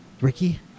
Ricky